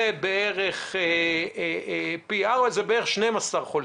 שזה בערך 12 חולים.